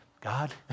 God